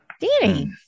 Danny